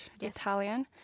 Italian